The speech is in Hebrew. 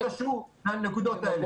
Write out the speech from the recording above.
--- הנקודות האלה.